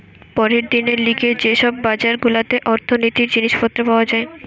পরের দিনের লিগে যে সব বাজার গুলাতে অর্থনীতির জিনিস পত্র পাওয়া যায়